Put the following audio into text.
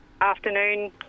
afternoon